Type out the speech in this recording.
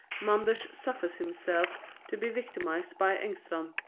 manders suffers himself to be victimised by engstrand.